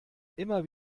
immer